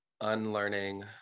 unlearning